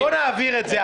בואו נעביר את זה,